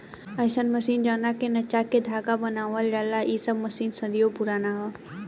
अईसन मशीन जवना के नचा के धागा बनावल जाला इ सब मशीन सदियों पुराना ह